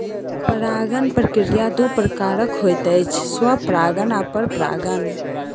परागण प्रक्रिया दू प्रकारक होइत अछि, स्वपरागण आ परपरागण